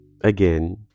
again